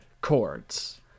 chords